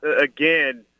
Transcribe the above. again